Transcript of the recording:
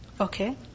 Okay